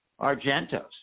Argentos